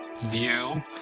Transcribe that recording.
view